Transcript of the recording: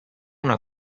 una